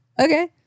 okay